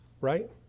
right